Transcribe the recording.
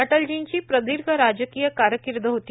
अटलजींची प्रदीर्घ राजकीय कारर्कीद होती